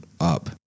up